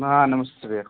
हाँ नमस्ते भैया